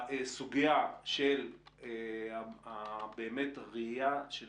הסוגיה של באמת הראייה של